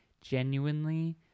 genuinely